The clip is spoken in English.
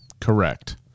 Correct